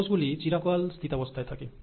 এই কোষগুলি চিরকাল স্থিতাবস্থায় থাকে